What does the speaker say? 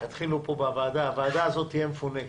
יתחילו פה בוועדה הוועדה הזאת תהיה מפונקת.